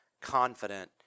confident